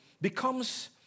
becomes